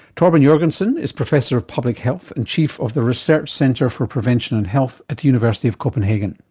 torben jorgenson is professor of public health and chief of the research centre for prevention and health at the university of copenhagen.